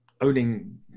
owning